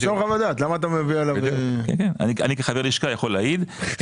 אני כחבר לשכה יכול להעיר,